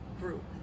group